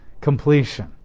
completion